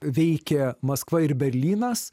veikia maskva ir berlynas